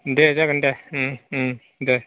दे जागोन दे दे